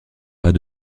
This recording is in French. pas